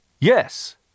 Yes